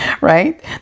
right